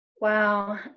Wow